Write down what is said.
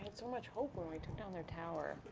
so much hope when we took down their tower.